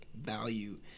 value